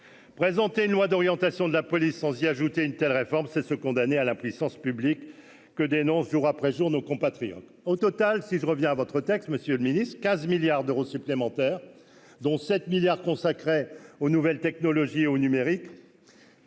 présenter une loi d'orientation de la police, sans y ajouter une telle réforme, c'est se condamner à l'impuissance publique que dénonce jour après jour, nos compatriotes au total si je reviens à votre texte monsieur le Ministre, 15 milliards d'euros supplémentaires, dont 7 milliards consacrés aux nouvelles technologies au numérique.